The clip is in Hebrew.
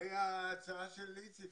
לגבי ההצעה של איציק,